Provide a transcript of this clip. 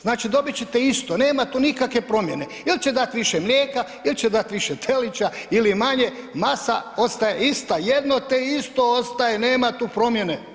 Znači dobit ćete isto, nema tu nikakve promjene, il će dati više mlijeka, il će dati više telića ili manje, masa ostaje ista, jedno te isto ostaje, nema tu promjene.